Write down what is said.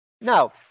Now